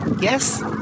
Yes